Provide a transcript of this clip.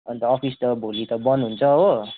अन्त अफिस त भोलि त बन्द हुन्छ हो